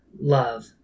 love